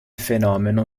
fenomeno